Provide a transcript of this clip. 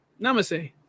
Namaste